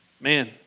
Man